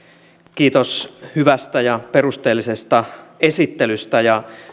kiitos hyvästä ja perusteellisesta esittelystä ja